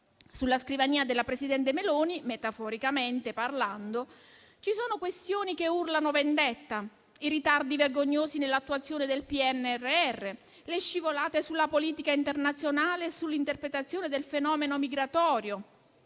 Sulla scrivania del presidente Meloni - metaforicamente parlando - ci sono questioni che urlano vendetta: i ritardi vergognosi nell'attuazione del PNRR, le scivolate sulla politica internazionale e sull'interpretazione del fenomeno migratorio,